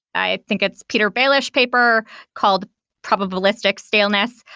i think it's peter baelish paper called probabilistic staleness.